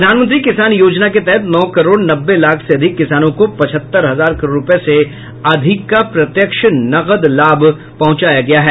प्रधानमंत्री किसान योजना के तहत नौ करोड़ नब्बे लाख से अधिक किसानों को पचहत्तर हजार करोड़ रुपये से अधिक का प्रत्यक्ष नकद लाभ पहुंचाया गया है